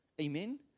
Amen